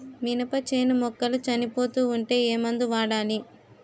మినప చేను మొక్కలు చనిపోతూ ఉంటే ఏమందు వాడాలి?